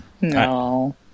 No